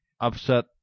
upset